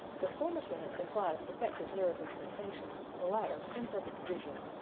the former sentence implies defective nerves of sensation, the latter, imperfect vision.